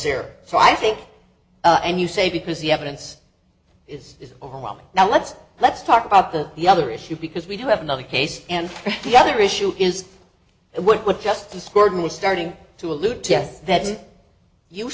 here so i think and you say because the evidence is overwhelming now let's let's talk about the the other issue because we do have another case and the other issue is what justice ford was starting to allude to that you